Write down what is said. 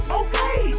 okay